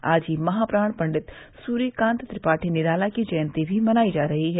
आज ही महाप्राण पण्डित सूर्यकांत त्रिपाठी निराला की जयंती भी मनायी जा रही है